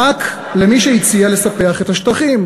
למי שהציע לספח את השטחים.